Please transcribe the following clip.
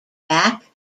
back